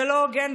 זה לא הוגן,